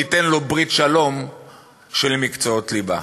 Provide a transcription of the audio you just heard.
ניתן לו ברית שלום של מקצועות ליבה.